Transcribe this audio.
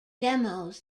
demos